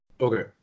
Okay